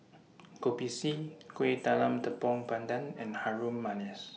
Kopi C Kuih Talam Tepong Pandan and Harum Manis